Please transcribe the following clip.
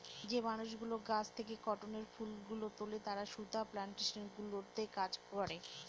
যে মানুষগুলো গাছ থেকে কটনের ফুল গুলো তুলে তারা সুতা প্লানটেশন গুলোতে কাজ করে